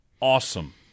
awesome